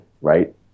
right